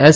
S